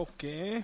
Okay